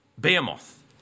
Behemoth